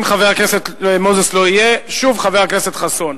אם חבר הכנסת מוזס לא יהיה, שוב חבר הכנסת חסון: